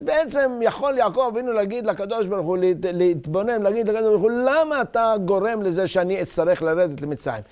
בעצם יכול יעקב אבינו להגיד לקדוש ברוך הוא, להתבונן, להגיד לקדוש ברוך הוא, למה אתה גורם לזה שאני אצטרך לרדת למצרים?